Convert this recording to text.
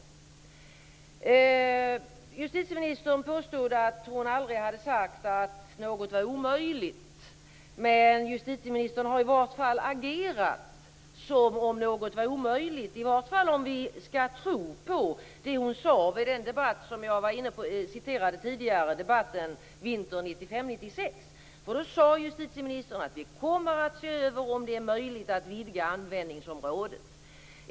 Justitieministern påstod att hon aldrig hade sagt att något var omöjligt. Men justitieministern har i vart fall agerat som om något var omöjligt. I varje fall om vi skall tro på det hon sade i den debatt som jag citerade tidigare från vintern 1995/96. Då sade justitieministern: Vi kommer att se över om det är möjligt att vidga användningsområdet.